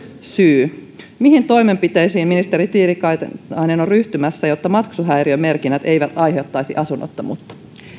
syy mihin toimenpiteisiin ministeri tiilikainen on ryhtymässä jotta maksuhäiriömerkinnät eivät aiheuttaisi asunnottomuutta